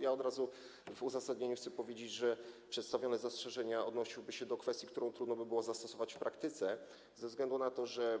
Ja od razu w uzasadnieniu chcę powiedzieć, że przedstawione zastrzeżenia odnosiłyby się do kwestii, którą trudno byłoby zastosować w praktyce ze względu na to, że,